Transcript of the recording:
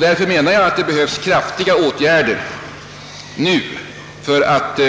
Därför behövs nu kraftiga åtgärder för att